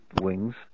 wings